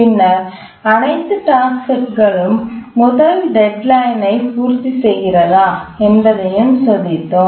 பின்னர் அனைத்து டாஸ்க்செட் களும் முதல் டெட்லைன்ஐ பூர்த்திசெய்கிறதா என்பதையும் சோதித்தோம்